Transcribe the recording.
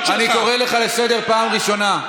אני קורא אותך לסדר פעם ראשונה.